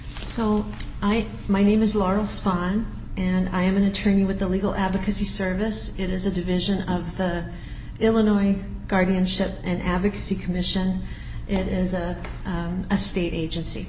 so i my name is laurel spawn and i am an attorney with the legal advocacy service is a division of the illinois guardianship and advocacy commission it is a state agency